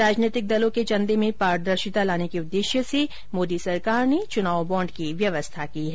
राजनीतिक दलों के चंदे में पारदर्शिता लाने के उद्देश्य से मोदी सरकार ने च्नाव बाँड की व्यवस्था की है